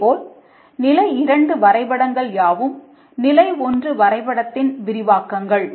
அதேபோல் நிலை 2 வரைபடங்கள் யாவும் நிலை 1 வரைபடத்தின் விரிவாக்கங்கள்